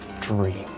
dream